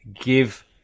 give